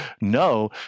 no